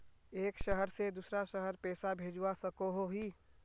एक शहर से दूसरा शहर पैसा भेजवा सकोहो ही?